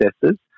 processes